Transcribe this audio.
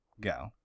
Go